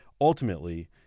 ultimately